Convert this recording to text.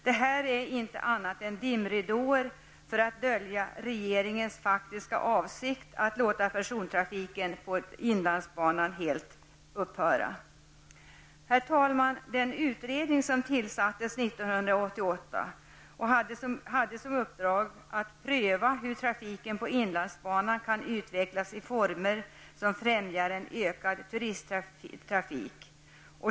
Det här är ingenting annat än dimridåer för att dölja regeringens faktiska avsikt att låta persontrafiken på inlandsbanan helt upphöra. Herr talman! Den utredning som tillsattes 1988 hade som uppdrag att pröva hur trafiken på inlandsbanan kan utvecklas i former som främjar en ökad turisttrafik.